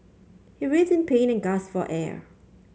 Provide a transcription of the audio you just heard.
he writhed in pain and gasped for air